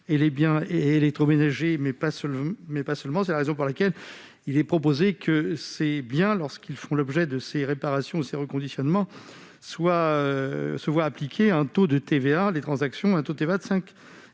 et les biens électroménagers, mais pas seulement : c'est la raison pour laquelle il est proposé que ces biens, lorsqu'ils font l'objet de réparations ou de reconditionnements, se voient appliquer un taux de TVA de 5,5 %. C'est une manière de